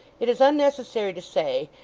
it is unnecessary to say,